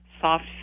Soft